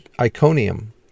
Iconium